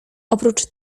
oprócz